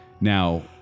now